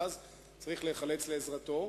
ואז צריך להיחלץ לעזרתו.